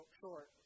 short